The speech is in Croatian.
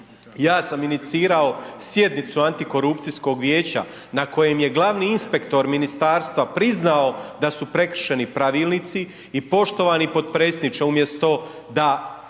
ja sam inicirao sjednicu Antikorupcijskog vijeća na kojem je glavni inspektor ministarstva priznao da su prekršeni pravilnici i poštovani potpredsjedniče, umjesto da